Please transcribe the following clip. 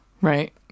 Right